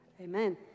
Amen